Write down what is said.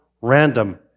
random